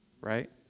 right